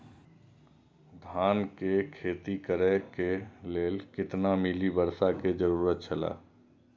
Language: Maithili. धान के खेती करे के लेल कितना मिली वर्षा के जरूरत छला?